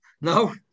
No